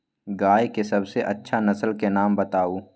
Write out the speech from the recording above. गाय के सबसे अच्छा नसल के नाम बताऊ?